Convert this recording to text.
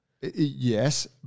yes